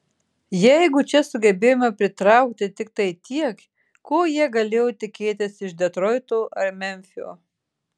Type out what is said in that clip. jeigu čia sugebėjome pritraukti tiktai tiek ko jie galėjo tikėtis iš detroito ar memfio